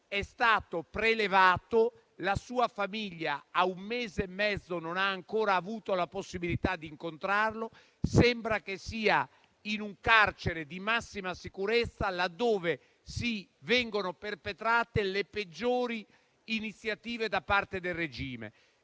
È stato prelevato e la sua famiglia, a distanza di un mese e mezzo, non ha ancora avuto la possibilità di incontrarlo. Sembra che sia in un carcere di massima sicurezza, laddove vengono perpetrate le peggiori iniziative da parte del regime.